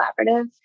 collaborative